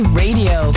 radio